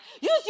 Use